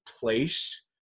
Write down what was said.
place